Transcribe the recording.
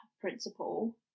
principle